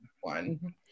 one